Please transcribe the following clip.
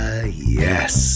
yes